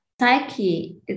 psyche